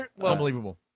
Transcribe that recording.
Unbelievable